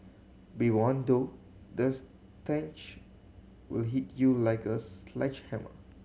be warned though the stench will hit you like a sledgehammer